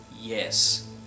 Yes